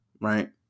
right